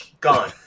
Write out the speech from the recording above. gone